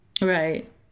Right